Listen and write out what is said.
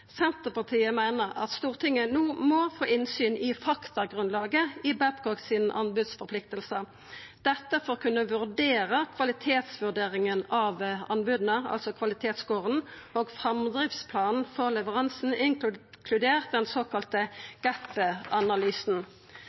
Senterpartiet meiner Stortinget no må få innsyn i faktagrunnlaget i Babcock sine anbodsforpliktingar, dette for å kunna vurdera kvaliteten av anboda, altså kvalitetsskåren, og framdriftsplanen for leveransen, inkludert den